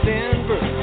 Denver